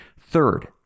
Third